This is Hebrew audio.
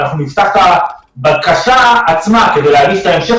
אנחנו נפתח את הבקשה עצמה כדי להבין את המשך